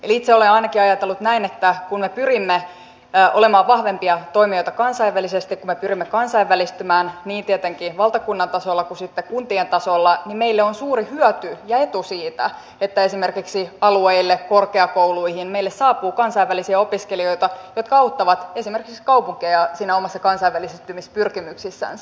itse olen ainakin ajatellut näin että kun me pyrimme olemaan vahvempia toimijoita kansainvälisesti kun me pyrimme kansainvälistymään niin tietenkin valtakunnan tasolla kuin sitten kuntienkin tasolla niin meille on suuri hyöty ja etu siitä että esimerkiksi alueille korkeakouluihin meille saapuu kansainvälisiä opiskelijoita jotka auttavat esimerkiksi kaupunkeja siinä omassa kansainvälistymispyrkimyksessänsä